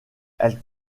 elle